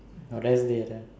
now rest day lah